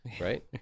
Right